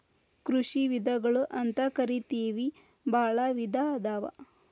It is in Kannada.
ಕೃಷಿ ವಿಧಗಳು ಅಂತಕರಿತೆವಿ ಬಾಳ ವಿಧಾ ಅದಾವ